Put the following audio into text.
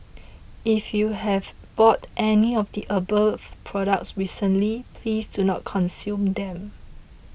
if you have bought any of the above products recently please do not consume them